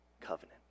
covenant